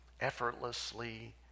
effortlessly